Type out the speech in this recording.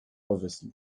obviously